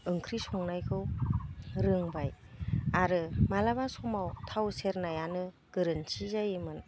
ओंख्रि संनायखौ रोंबाय आरो माब्लाबा समाव थाव सेरनायानो गोरोनथि जायोमोन